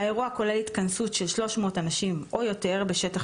האירוע כולל התכנסות של שלוש מאות אנשים או יותר בשטח